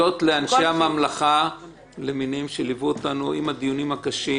-- להודות לאנשי הממלכה שליוו אותנו בדיונים הקשים.